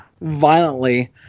violently